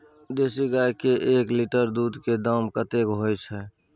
देसी गाय के एक लीटर दूध के दाम कतेक होय छै?